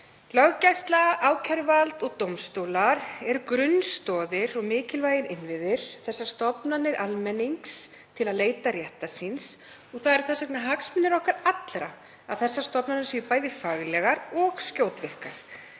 Löggæsla, ákæruvald og dómstólar eru grunnstoðir og mikilvægir innviðir. Þetta eru stofnanir almennings til að leita réttar síns og þess vegna eru það hagsmunir okkar allra að þessar stofnanir séu bæði faglegar og skjótvirkar.